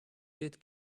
did